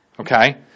Okay